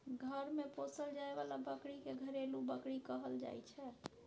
घर मे पोसल जाए बला बकरी के घरेलू बकरी कहल जाइ छै